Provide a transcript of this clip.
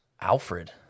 Alfred